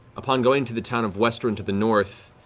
upon going to the town of westruun to the north,